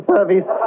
Service